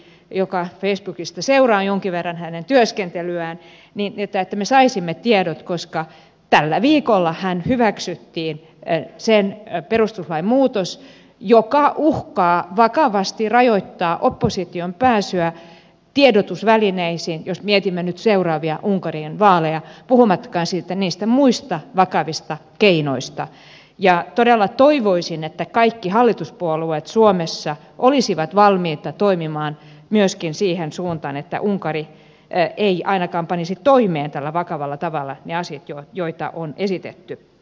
kerstin lundgrenin rapotti hänen työskentelyään seuraan facebookista jonkin verran niin että me saisimme tiedot koska tällä viikollahan hyväksyttiin se perustuslain muutos joka uhkaa vakavasti rajoittaa opposition pääsyä tiedotusvälineisiin niin jos mietimme nyt seuraavia unkarin vaaleja puhumattakaan sitten niistä muista vakavista keinoista todella toivoisin että kaikki hallituspuolueet suomessa olisivat valmiita toimimaan myöskin siihen suuntaan että unkari ei ainakaan panisi toimeen tällä vakavalla tavalla niitä asioita joita on esitetty